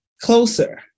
closer